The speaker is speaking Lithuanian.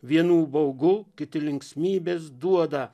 vienu baugu kiti linksmybes duoda